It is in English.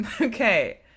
Okay